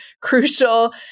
crucial